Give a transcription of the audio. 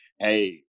hey